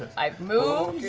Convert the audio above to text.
i've moved,